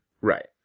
right